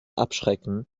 abschrecken